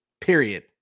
Period